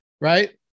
right